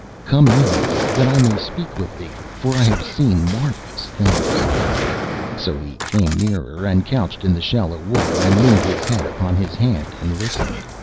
come nearer, that i may speak with thee, for i have seen marvellous things so he came nearer, and couched in the shallow water, and leaned his head upon his hand and listened.